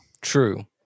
true